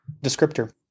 Descriptor